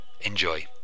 Enjoy